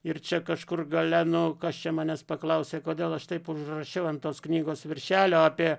ir čia kažkur gale nu kas čia manęs paklausė kodėl aš taip užrašiau ant tos knygos viršelio apie